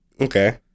Okay